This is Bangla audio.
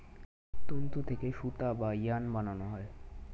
তন্তু থেকে সুতা বা ইয়ার্ন বানানো হয়